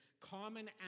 Common